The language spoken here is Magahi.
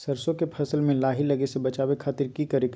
सरसों के फसल में लाही लगे से बचावे खातिर की करे के चाही?